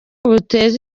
buteza